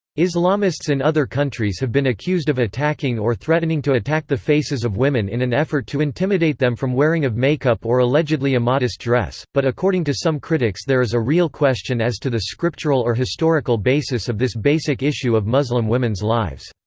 islamists in other countries have been accused of attacking or threatening to attack the faces of women in an effort to intimidate them from wearing of makeup or allegedly immodest dress but according to some critics there is a real question as to the scriptural or historical basis of this basic issue of muslim women's lives.